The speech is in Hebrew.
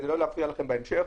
כדי לא להפריע לכם בהמשך,